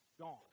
gone